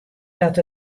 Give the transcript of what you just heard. dat